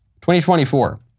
2024